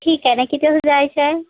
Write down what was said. ठीक आहे ना किती वज जायचं आहे